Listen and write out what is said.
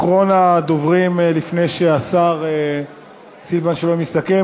אחרון הדוברים, לפני שהשר סילבן שלום יסכם,